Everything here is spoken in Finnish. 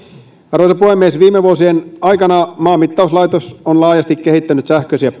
arvoisa puhemies viime vuosien aikana maanmittauslaitos on laajasti kehittänyt sähköisiä